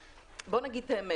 בואו נגיד את האמת.